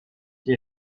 die